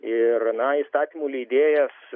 ir na įstatymų leidėjas